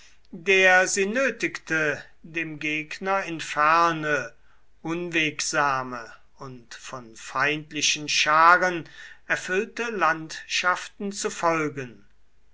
der sie nötigte dem gegner in ferne unwegsame und von feindlichen scharen erfüllte landschaften zu folgen